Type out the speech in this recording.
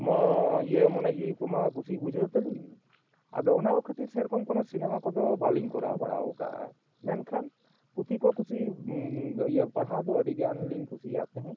ᱢᱚᱻ ᱤᱭᱟᱹ ᱢᱚᱱᱮ ᱡᱤᱣᱤ ᱠᱚᱢᱟ ᱠᱩᱥᱤ ᱵᱩᱡᱷᱟᱹᱣ ᱛᱟᱞᱤᱧ ᱟᱫᱚ ᱚᱱᱟ ᱠᱚ ᱠᱷᱟᱹᱛᱤᱨ ᱥᱮ ᱨᱚᱠᱚᱢ ᱠᱚᱱᱚ ᱥᱤᱱᱮᱢᱟ ᱠᱚᱫᱚ ᱵᱟᱞᱤᱧ ᱠᱚᱨᱟᱣ ᱵᱟᱲᱟ ᱟᱠᱟᱫᱼᱟ ᱢᱮᱱᱠᱷᱟᱱ ᱯᱩᱛᱷᱤ ᱠᱚ ᱠᱩᱥᱤ ᱤᱭᱟᱹ ᱯᱟᱲᱦᱟᱣ ᱫᱚ ᱟᱹᱰᱤᱜᱟᱱ ᱞᱤᱝ ᱠᱩᱥᱤᱭᱟᱜ ᱛᱟᱦᱮᱸᱫ